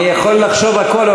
אני יכול לחשוב הכול,